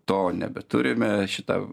to nebeturime šitą